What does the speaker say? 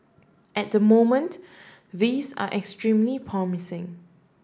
at the moment these are extremely promising